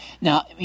Now